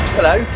Hello